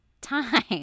time